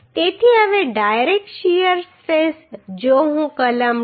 તેથી હવે direct shear stress જો હું કલમ 10